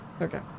Okay